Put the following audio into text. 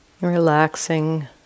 Relaxing